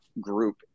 group